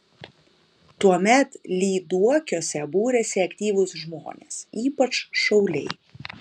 tuomet lyduokiuose būrėsi aktyvūs žmonės ypač šauliai